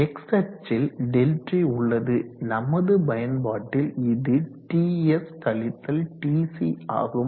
X அச்சில் ΔT உள்ளது நமது பயன்பாட்டில் இது Ts கழித்தல் TC ஆகும்